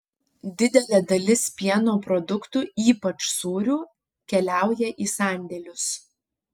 didelė dalis pieno produktų ypač sūrių keliauja į sandėlius